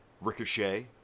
Ricochet